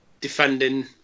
defending